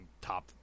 top